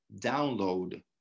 download